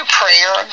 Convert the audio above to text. prayer